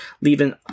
leaving